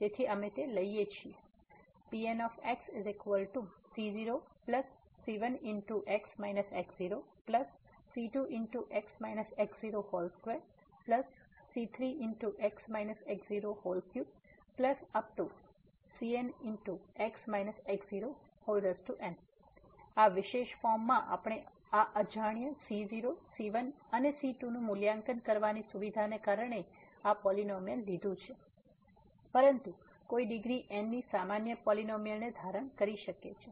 તેથી અમે તે લઈએ છીએ Pnxc0c1x x0c2x x02c3x x03cnx x0n તેથી આ વિશેષ ફોર્મ માં આપણે આ અજાણ્યા c0 c1 અને c2 નું મૂલ્યાંકન કરવાની સુવિધાને કારણે આ પોલીનોમીઅલ લીધું છે પરંતુ કોઈ ડિગ્રી n ની સામાન્ય પોલીનોમીઅલને ધારણ કરી શકે છે